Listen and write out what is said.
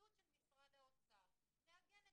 לעמדתו המקצועית של שמעון כללו מגבלת זמן.